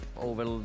over